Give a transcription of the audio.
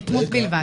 יתמות בלבד.